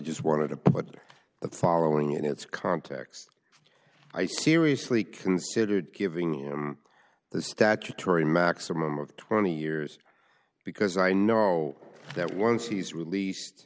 just want to put the following in its context i seriously considered giving him the statutory maximum of twenty years because i know that once he's released